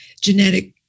Genetic